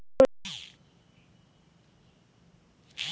গাড়ি কিনার জন্যে কতো টাকা লোন পাওয়া য়ায়?